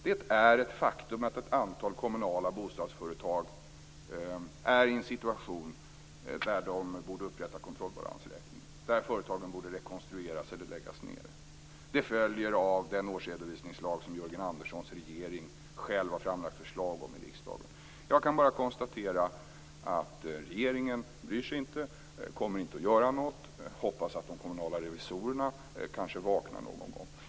Det är ett faktum att ett antal kommunala bostadsföretag är i en situation där de borde upprätta kontrollbalansräkning, där företagen borde rekonstrueras eller läggas ned. Det följer av den årsredovisningslag som Jörgen Anderssons regering själv har framlagt förslag om i riksdagen. Jag kan bara konstatera att regeringen inte bryr sig. Den kommer inte att göra något. Den hoppas att de kommunala revisorerna kanske vaknar någon gång.